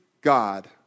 God